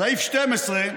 "סעיף 12: